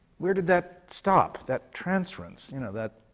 where did that stop, that transference, you know, that